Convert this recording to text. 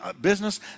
business